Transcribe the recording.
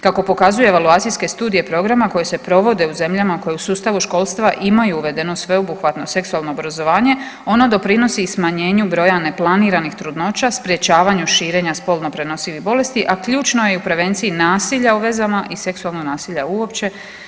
Kako pokazuju evaluacijske studije programa koje se provode u zemljama koje u sustavu školstva imaju uvedeno sveobuhvatno seksualno obrazovanje ono doprinosi i smanjenju broja neplaniranih trudnoća, sprječavanju širenja spolno prenosivih bolesti, a ključno je u prevenciji nasilja u vezama i seksualnog nasilja uopće.